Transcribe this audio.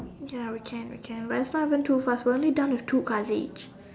ya we can we can but it's not even too fast we are only done with two cards each